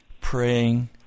praying